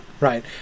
Right